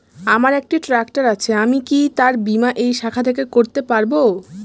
আমার একটি ট্র্যাক্টর আছে আমি কি তার বীমা এই শাখা থেকে করতে পারব?